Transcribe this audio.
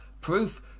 Proof